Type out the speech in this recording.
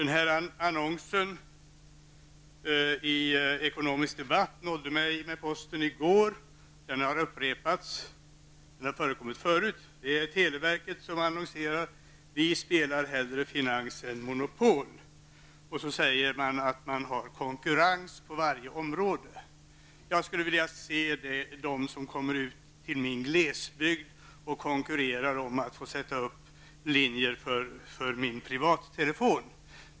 Tidningen Ekonomisk debatt nådde mig med posten i går. I den finns en annons som också har förekommit tidigare. Det är televerket som annonserar: ''Vi spelar hellre finans än monopol''. Vidare säger man att man har konkurrens på varje område. Jag skulle vilja se den som kommer ut till den glesbygd där jag bor och konkurrerar om att få sätta upp linjer för min privattelefon.